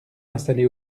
installés